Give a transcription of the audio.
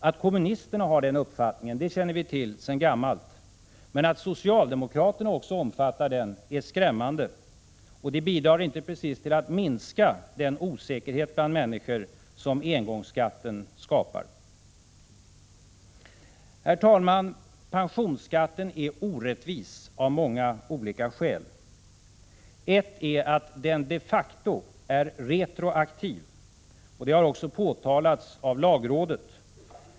Att kommunisterna har den uppfattningen känner vi till sedan gammalt. Men att socialdemokraterna också omfattar den är skrämmande. Det bidrar inte precis till att minska den osäkerhet bland människor som engångsskatten skapar. Herr talman! Pensionsskatten är orättvis av flera olika skäl. Ett är att den de facto är retroaktiv. Detta har också påtalats av lagrådet.